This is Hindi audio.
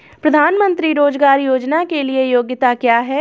प्रधानमंत्री रोज़गार योजना के लिए योग्यता क्या है?